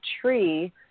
tree